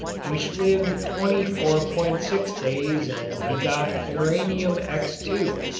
which lived twenty four point six days and begot uranium x two,